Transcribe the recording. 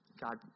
God